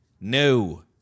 No